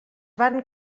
van